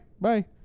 bye